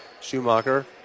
Schumacher